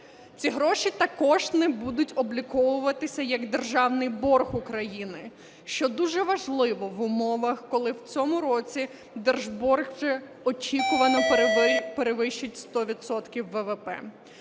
Ці гроші також не будуть обліковуватися як державний борг України, що дуже важливо в умовах, коли в цьому році держборг вже очікувано перевищить 100